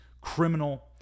criminal